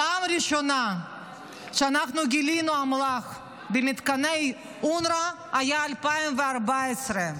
הפעם ראשונה שגילינו אמל"ח במתקני אונר"א הייתה ב-2014.